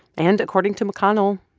and according to mcconnell,